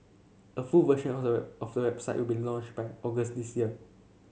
a full version of the website will be launched by August this year